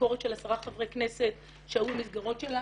ביקורת של 10 חברי כנסת שהיו במסגרות שלנו.